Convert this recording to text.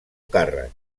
càrrec